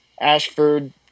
Ashford